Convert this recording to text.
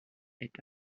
est